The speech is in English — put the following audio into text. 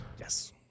Yes